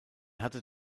hatte